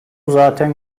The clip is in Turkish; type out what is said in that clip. zaten